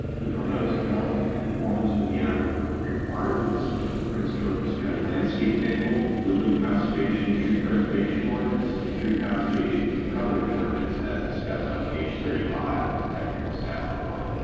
the proposed development conforms with the applicable requirements of the prince george's county landscape manual, woodland conservation and tree preservation ordinance and tree conservation coverage ordinance as discussed on page thirty five of the technical staff report.